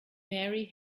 mary